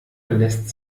lässt